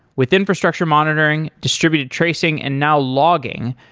with infrastructure monitoring, distributed tracing and, now, logging,